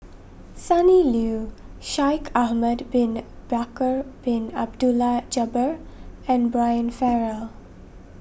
Sonny Liew Shaikh Ahmad Bin Bakar Bin Abdullah Jabbar and Brian Farrell